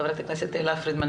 ח"כ תהלה פרידמן,